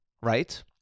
right